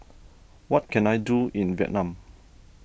what can I do in Vietnam